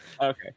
Okay